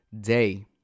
day